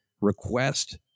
request